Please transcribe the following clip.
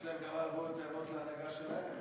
יש להם גם מה לבוא בטענות להנהגה שלהם.